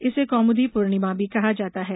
इसे कौमुदी पूर्णिमा भी कहा जाता है